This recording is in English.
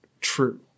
true